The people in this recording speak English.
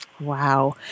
Wow